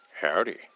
Howdy